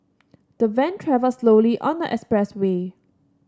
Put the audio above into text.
the van travelled slowly on the expressway